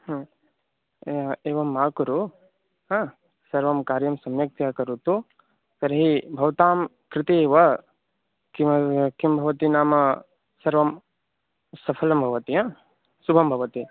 एवं एवं मा कुरु सर्वं कार्यं सम्यक्तया करोतु तर्हि भवतां कृते एव किं किं भवति नाम सर्वं सफलं भवति य शुभं भवति